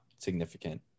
significant